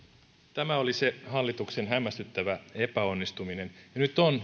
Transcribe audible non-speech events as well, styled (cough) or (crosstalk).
tämä oli se hallituksen hämmästyttävä epäonnistuminen ja nyt on (unintelligible)